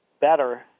better